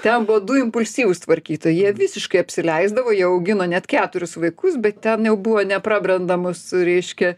ten buvo du impulsyvūs tvarkytojai jie visiškai apsileisdavo jie augino net keturis vaikus bet ten jau buvo neprarandamos reiškia